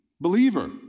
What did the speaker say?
believer